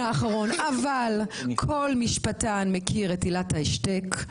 האחרון אבל כל משפטן מכיר את עילת ההשתק.